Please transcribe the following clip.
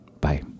Bye